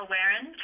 Warren